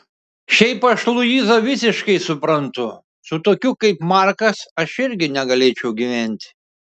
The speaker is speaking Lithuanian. šiaip aš luizą visiškai suprantu su tokiu kaip markas aš irgi negalėčiau gyventi